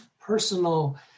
personal